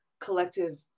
collective